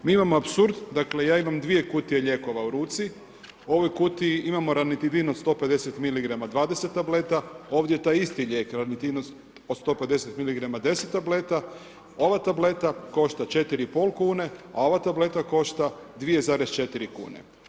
Mi imamo apsurd, dakle ja imam dvije kutije lijekova u ruci, u ovoj kutiji imamo Ranitidin od 150 miligrama 20 tableta, ovdje taj isti lijek Ranitidin od 150 miligrama 10 tableta, ova tableta košta 4 i pol kune, a ova tableta košta 2,4 kune.